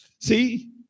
See